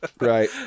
Right